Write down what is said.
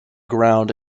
ground